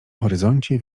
horyzoncie